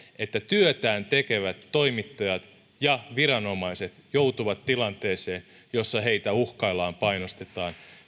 että työtään tekevät toimittajat ja viranomaiset joutuvat tilanteeseen jossa heitä uhkaillaan ja painostetaan